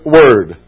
word